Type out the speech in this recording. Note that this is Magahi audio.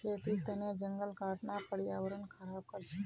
खेतीर तने जंगल काटना पर्यावरण ख़राब कर छे